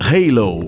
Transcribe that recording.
Halo